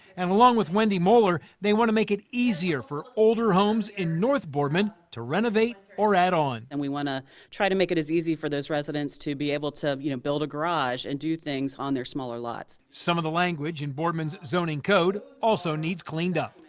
and along with wendy moeller they want to make it easier for older homes in north boardman to renovate or add on. and we want to try and make it as easy for those residents to be able to you know build a garage, and do things on their smaller lots. some of the language in boardman's zoning code also needs cleaned up.